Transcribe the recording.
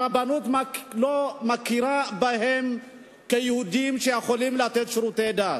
הרבנות לא מכירה בהם כיהודים שיכולים לתת שירותי דת.